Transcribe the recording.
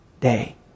day